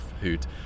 who'd